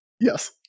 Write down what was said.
yes